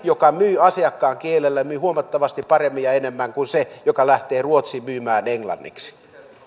joka myy asiakkaan kielellä myy huomattavasti paremmin ja enemmän kuin se joka lähtee ruotsiin myymään englanniksi